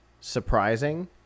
surprising